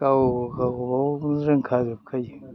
गाव गावबा गाव रोंखाजोबखायो